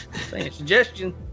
Suggestion